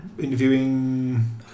Interviewing